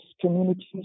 communities